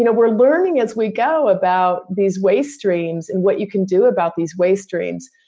you know we're learning as we go about these waste streams and what you can do about these waste streams.